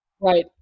Right